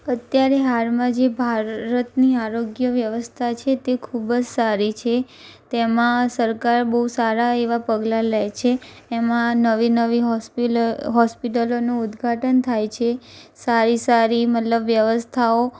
અત્યારે હાલમાં જે ભારતની આરોગ્ય વ્યવસ્થા છે તે ખૂબ જ સારી છે તેમાં સરકાર બહુ સારા એવા પગલાં લે છે એમાં નવી નવી હોસ્પિલો હોસ્પિટલોનું ઉદ્ઘાટન થાય છે સારી સારી મતલબ વ્યવસ્થાઓ